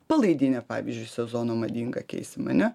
palaidinę pavyzdžiui sezono madingą keisim ane